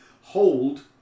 hold